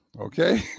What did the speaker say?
Okay